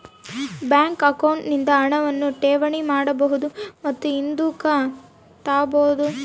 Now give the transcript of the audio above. bank account ನಿಂದ ಹಣವನ್ನು ಠೇವಣಿ ಮಾಡಬಹುದು ಮತ್ತು ಹಿಂದುಕ್ ತಾಬೋದು